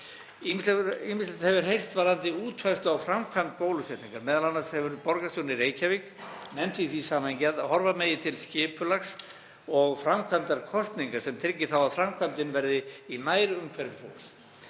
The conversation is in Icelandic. Ýmislegt hefur heyrst varðandi útfærslu á framkvæmd bólusetningarinnar. Meðal annars hefur borgarstjórinn í Reykjavík nefnt í því samhengi að horfa megi til skipulags og framkvæmdar kosninga, sem tryggir að framkvæmdin verði í nærumhverfi fólks.